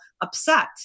upset